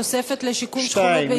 תוספת לשיקום שכונות,